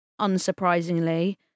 unsurprisingly